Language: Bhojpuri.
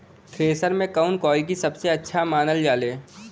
थ्रेसर के कवन क्वालिटी सबसे अच्छा मानल जाले?